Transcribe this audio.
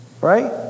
right